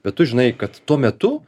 bet tu žinai kad tuo metu